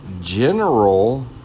general